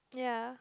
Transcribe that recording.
ya